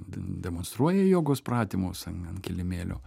demonstruoja jogos pratimus an ant kilimėlio